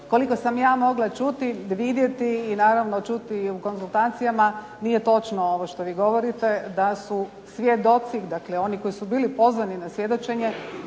Koliko sam ja mogla čuti, vidjeti i naravno čuti u konzultacijama, nije točno ovo što vi govorite da su svjedoci, dakle oni koji su bili pozvani na svjedočenje,